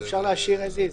אז אפשר להשאיר כפי שזה.